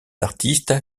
artistes